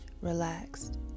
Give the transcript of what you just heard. relaxed